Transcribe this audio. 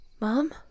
Mom